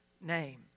name